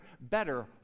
better